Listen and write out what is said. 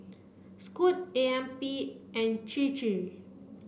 Scoot A M P and Chir Chir